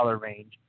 range